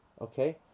okay